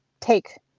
take